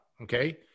Okay